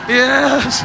yes